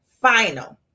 final